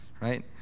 right